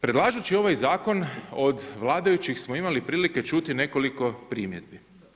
Predlažući ovaj zakon od vladajućih smo imali prilike čuti nekoliko primjedbi.